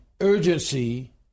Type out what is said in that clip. urgency